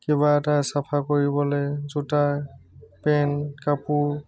কিবা এটা চফা কৰিবলৈ জোতা পেন কাপোৰ